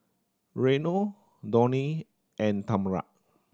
Reino Donnie and Tamra